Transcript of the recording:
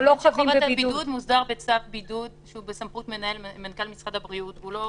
חובת הבידוד מוסדרת בצו בידוד שהוא בסמכות מנכ"ל משרד הבריאות והוא לא